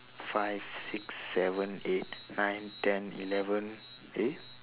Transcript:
five six seven eight nine ten eleven eh